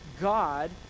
God